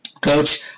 Coach